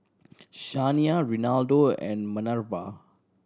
Shania Renaldo and Manerva